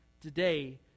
Today